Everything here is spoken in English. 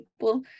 people